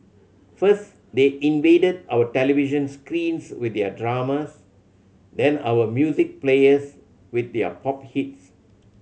first they invaded our television screens with their dramas then our music players with their pop hits